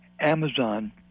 Amazon